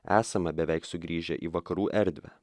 esame beveik sugrįžę į vakarų erdvę